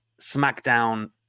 SmackDown